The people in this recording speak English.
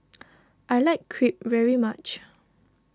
I like Crepe very much